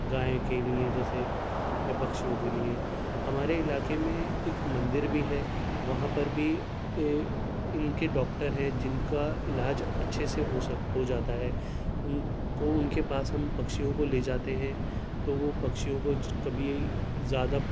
گائیں کے لیے جیسے یا پکشیوں کے لیے ہمارے علاقے میں ایک مندر بھی ہے وہاں پر بھی ان کے ڈاکٹر ہیں جن کا علاج اچھے سے ہو سک ہو جاتا ہے ان کو ان کے پاس ہم پکشیوں کو لے جاتے ہیں تو وہ پکشیوں کو کبھی زیادہ